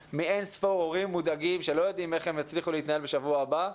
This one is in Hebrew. מאין-ספור הורים מודאגים שלא יודעים איך הם יצליחו להתנהל בשבוע הבא.